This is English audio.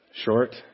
short